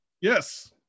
Yes